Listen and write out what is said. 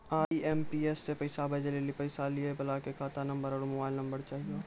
IMPS से पैसा भेजै लेली पैसा लिये वाला के खाता नंबर आरू मोबाइल नम्बर चाहियो